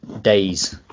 days